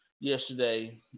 yesterday